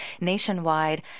nationwide